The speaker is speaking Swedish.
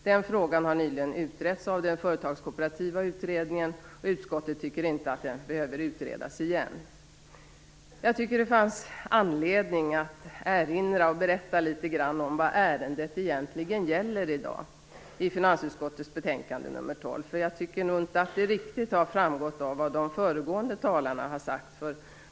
Den frågan har nyligen utretts av den företagskooperativa utredningen, och utskottet tycker inte att den behöver utredas igen. Jag tycker att det finns anledning att erinra och berätta litet grand om vad ärendet egentligen gäller i dag i finansutskottets betänkande nr 12. Jag tycker nog inte att det riktigt har framgått av vad de föregående talarna har sagt.